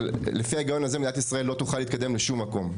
אבל לפי ההיגיון הזה מדינת ישראל לא תוכל להתקדם לשום מקום.